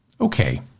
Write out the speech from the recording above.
Okay